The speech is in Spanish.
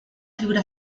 figura